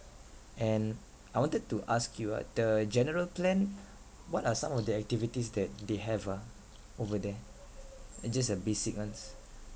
and I wanted to ask you ah the general plan what are some of the activities that they have ah over there uh just uh basic ones